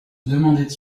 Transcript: demandait